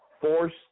force